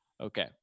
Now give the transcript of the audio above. Okay